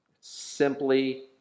Simply